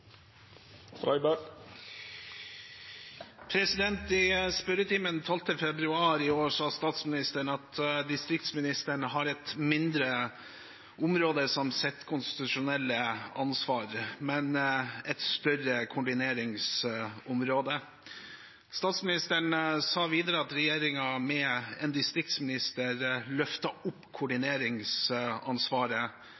ha gjort i forkant. «I spørretimen 12. februar i år sa statsministeren at distriktsministeren har et mindre område som sitt eget konstitusjonelle ansvar, men et større koordineringsområde. Statsministeren sa videre at regjeringen med en distriktsminister løfter opp